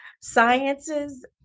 sciences